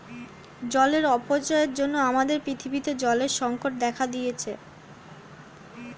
জলের অপচয়ের জন্য আমাদের পৃথিবীতে জলের সংকট দেখা দিয়েছে